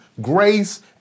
grace